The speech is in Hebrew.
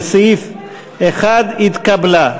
לסעיף 1 התקבלה.